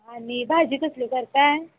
आनि भाजी कसली करताय